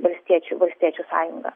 valstiečių valstiečių sąjungą